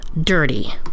dirty